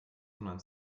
sondern